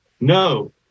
No